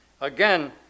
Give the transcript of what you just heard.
Again